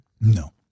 No